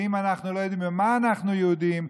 ואם אנחנו לא יודעים במה אנחנו יהודים,